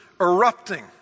erupting